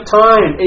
time